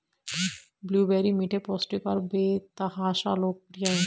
blueberry मीठे, पौष्टिक और बेतहाशा लोकप्रिय हैं